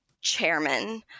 chairman